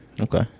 okay